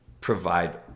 provide